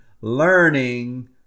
learning